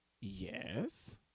yes